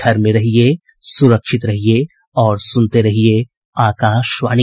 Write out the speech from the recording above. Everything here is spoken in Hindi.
घर में रहिये सुरक्षित रहिये और सुनते रहिये आकाशवाणी